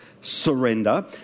surrender